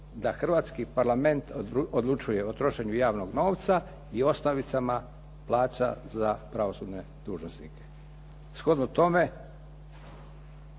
da Hrvatski parlament odlučuje o trošenju javnog novca i osnovicama plaća za pravosudne dužnosnike.